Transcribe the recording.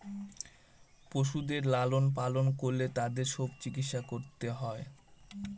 পশুদের লালন পালন করলে তাদের সব চিকিৎসা করতে হয়